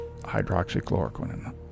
hydroxychloroquine